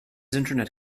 internet